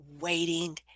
waiting